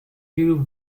grew